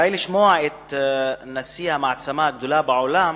די לשמוע את נשיא המעצמה הגדולה בעולם